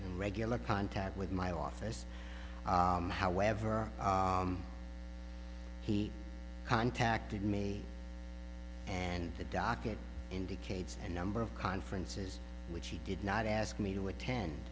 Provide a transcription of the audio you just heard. regular contact with my office however he contacted me and the docket indicates a number of conferences which he did not ask me to attend